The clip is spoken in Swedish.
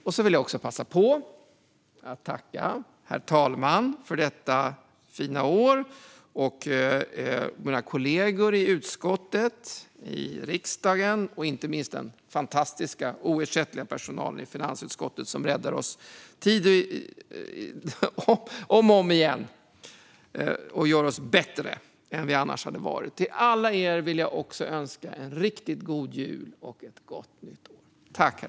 Jag vill också passa på att tacka herr talmannen för detta fina år, mina kollegor i utskottet och i riksdagen, och inte minst den fantastiska, oersättliga personalen i finansutskottet som räddar oss om och om igen och gör oss bättre än vad vi annars hade varit. Till alla er vill jag också önska en riktigt god jul och ett gott nytt år.